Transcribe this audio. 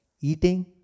eating